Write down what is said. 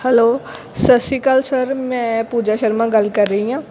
hello ਸਤਿ ਸ਼੍ਰੀ ਅਕਾਲ ਸਰ ਮੈਂ ਪੂਜਾ ਸ਼ਰਮਾ ਗੱਲ ਕਰ ਰਹੀ ਹਾਂ